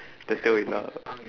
the tail is up